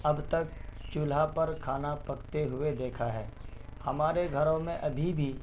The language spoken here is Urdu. اب تک چولہا پر کھانا پکتے ہوئے دیکھا ہے ہمارے گھروں میں ابھی بھی